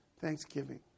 thanksgiving